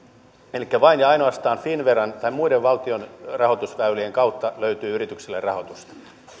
elikkä vain ja ainoastaan finnveran tai muiden valtionrahoitusväylien kautta löytyy yrityksille rahoitusta